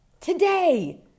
Today